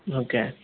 okay